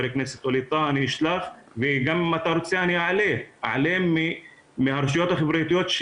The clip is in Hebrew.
אם אתה רוצה, אני גם אעלה מהרשויות החברתיות.